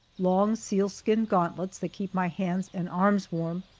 long sealskin gauntlets that keep my hands and arms warm,